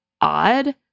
odd